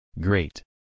Great